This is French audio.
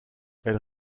elles